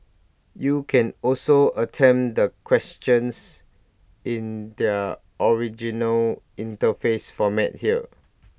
you can also attempt the questions in their original interface format here